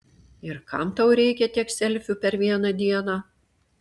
ir kam tau reikia tiek selfių per vieną dieną